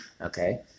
okay